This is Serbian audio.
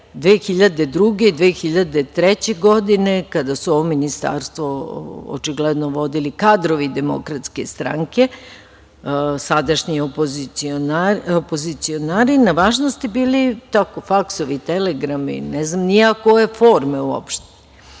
2002. i 2003 godine, kada su ovo Ministarstvo, očigledno, vodili kadrovi DS, sadašnji opozicionari na važnosti bili i tako faksovi, telegrami, ne znam ni ja koje forme uopšte. Drugo